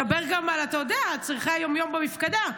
דבר גם על צורכי היום-יום במפקדה.